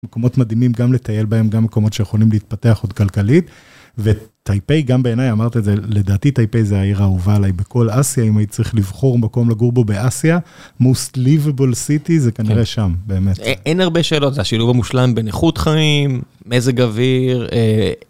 מקומות מדהימים גם לטייל בהם גם מקומות שיכולים להתפתח עוד כלכלית וטייפי גם בעיניי אמרת את זה לדעתי טייפי זה העיר האהובה עליי בכל אסיה אם הייתי צריך לבחור מקום לגור בו באסיה מוסט ליבאבל סיטי זה כנראה שם באמת. אין הרבה שאלות השילוב המושלם בין איכות חיים מזג אוויר.